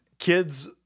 Kids